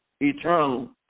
eternal